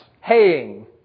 Haying